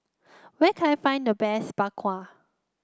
where can I find the best Bak Kwa